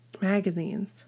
Magazines